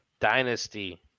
dynasty